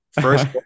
First